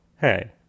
Hey